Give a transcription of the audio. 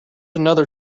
another